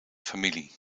familie